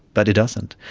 but it doesn't.